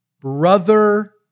Brother